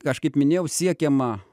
kažkaip minėjau siekiama